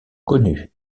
connues